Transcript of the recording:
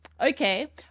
okay